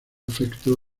efecto